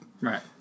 Right